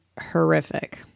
horrific